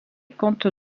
compte